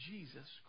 Jesus